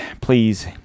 please